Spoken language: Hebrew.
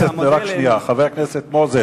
חבר הכנסת מוזס,